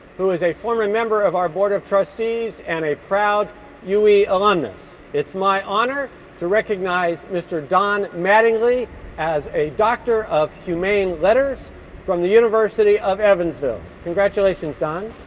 who is a former member of our board of trustees and a proud ue alumnus. it's my honor to recognize mr. don mattingly as a doctor of humane letters from the university of evansville. congratulations, don.